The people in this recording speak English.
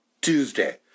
Tuesday